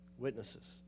witnesses